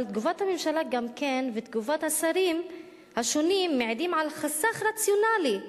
אבל תגובת הממשלה ותגובת השרים השונים מעידות על חסך רציונלי.